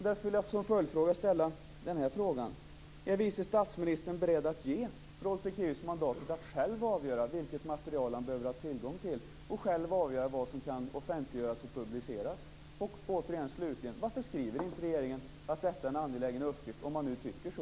Därför vill jag ställa följande följdfråga: Är vice statsministern beredd att ge Rolf Ekéus mandatet att själv avgöra vilket material han behöver ha tillgång till och själv avgöra vad som kan offentliggöras och publiceras? Och återigen: Varför skriver inte regeringen att detta är en angelägen uppgift om man nu tycker så?